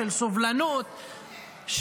של סובלנות,